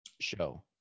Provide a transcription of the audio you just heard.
show